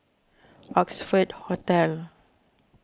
Oxford Hotel